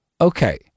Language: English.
Okay